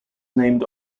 named